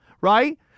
right